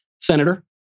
Senator